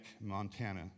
Montana